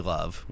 Love